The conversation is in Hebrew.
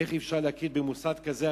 איך אפשר להכיר במוסד כזה,